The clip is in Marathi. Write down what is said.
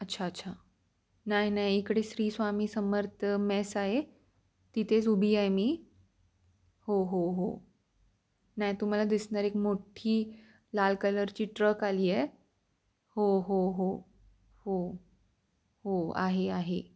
अच्छा अच्छा नाही नाही इकडे श्री स्वामी समर्थ मेस आहे तिथेच उभी आहे मी हो हो हो नाही तुम्हाला दिसणार एक मोठी लाल कलरची ट्रक आली आहे हो हो हो हो हो आहे आहे